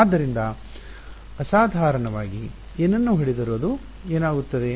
ಆದ್ದರಿಂದ ಅಸಾಧಾರಣವಾಗಿ ಏನನ್ನು ಹೊಡೆದರೂ ಅದು ಏನಾಗುತ್ತದೆ